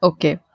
Okay